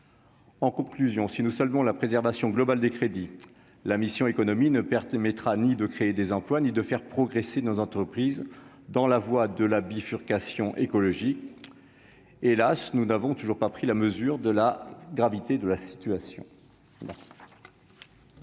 en conclusion, si nous seulement la préservation globale des crédits, la mission Économie ne perds mettras ni de créer des emplois, ni de faire progresser nos entreprises dans la voie de la bifurcation écologique, hélas, nous n'avons toujours pas pris la mesure de la gravité de la situation.